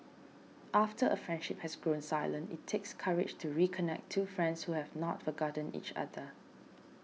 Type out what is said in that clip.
after a friendship has grown silent it takes courage to reconnect two friends who have not forgotten each other